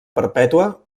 perpètua